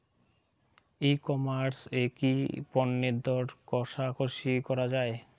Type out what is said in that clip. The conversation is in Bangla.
ই কমার্স এ কি পণ্যের দর কশাকশি করা য়ায়?